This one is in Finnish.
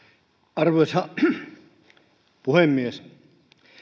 arvoisa puhemies